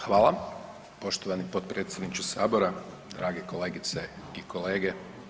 Hvala poštovani potpredsjedniče sabora, dragi kolegice i kolege.